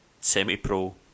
semi-pro